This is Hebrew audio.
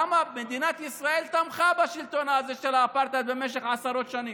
למה מדינת ישראל תמכה בשלטון הזה של האפרטהייד במשך עשרות שנים,